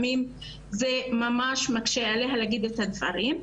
זה ממה שמקשה עליה להגיד את הדברים.